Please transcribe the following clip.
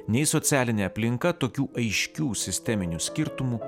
nei socialinė aplinka tokių aiškių sisteminių skirtumų